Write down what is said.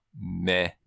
Meh